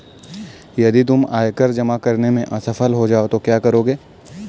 यदि तुम आयकर जमा करने में असफल हो जाओ तो क्या करोगे?